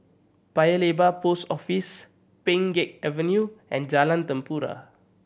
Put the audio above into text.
Paya Lebar Post Office Pheng Geck Avenue and Jalan Tempua